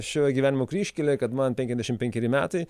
šioj gyvenimo kryžkelėj kad man penkiasdešimt penkeri metai